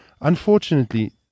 Unfortunately